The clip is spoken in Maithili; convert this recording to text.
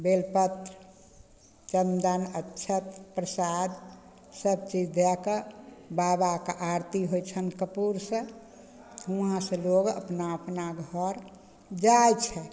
बेलपत्र चन्दन अच्छत प्रसाद सबचीज दए कऽ बाबाके आरती होइ छनि कपुरसँ हुँवासँ लोग अपना अपना घर जाइ छै